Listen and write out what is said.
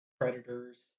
predators